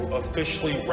officially